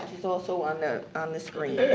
it's also on the on the screen.